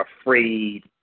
afraid